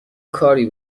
کاری